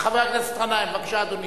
חבר הכנסת גנאים, בבקשה, אדוני.